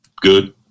good